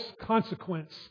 consequence